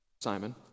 Simon